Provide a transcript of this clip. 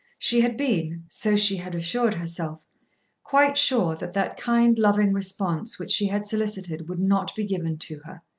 she had been so she had assured herself quite sure that that kind, loving response which she had solicited, would not be given to her.